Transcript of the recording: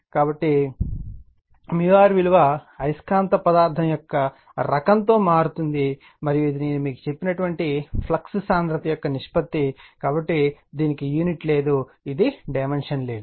కాబట్టి r విలువ అయస్కాంత పదార్థం యొక్క రకంతో మారుతుంది మరియు ఇది నేను మీకు చెప్పిన ఫ్లక్స్ సాంద్రత యొక్క నిష్పత్తి కనుక దీనికి యూనిట్ లేదు ఇది డైమెన్షన్ లేనిది